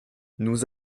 nous